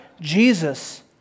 Jesus